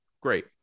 great